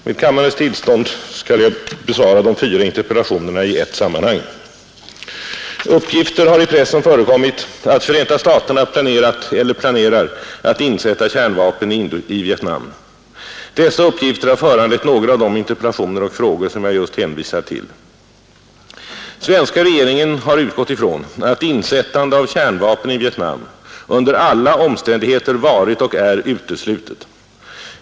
Med kammarens tillstånd skall jag besvara de fyra interpellationerna i ett sammanhang. Uppgifter har i pressen förekommit att Förenta staterna planerat eller planerar att insätta kärnvapen i Vietnam. Dessa uppgifter har föranlett några av de interpellationer och frågor som jag just hänvisat till. Svenska regeringen har utgått ifrån att insättande av kärmvapen i Vietnam under alla omständigheter varit och är uteslutet.